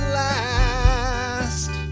last